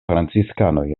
franciskanoj